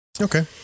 Okay